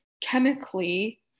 chemically